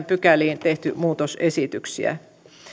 pykäliin tehty muutosesityksiä